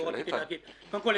קודם כול,